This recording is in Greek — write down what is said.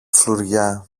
φλουριά